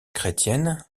chrétienne